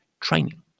training